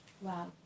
Wow